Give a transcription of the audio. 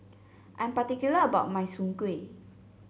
I'm particular about my Soon Kway